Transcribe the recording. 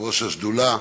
יושב-ראש השדולה,